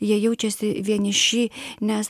jie jaučiasi vieniši nes